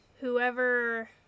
whoever